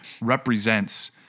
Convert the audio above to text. represents